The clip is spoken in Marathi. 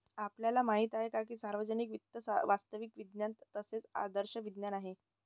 आपल्याला माहित आहे की सार्वजनिक वित्त वास्तविक विज्ञान तसेच आदर्श विज्ञान आहे